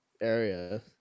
area